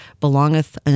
belongeth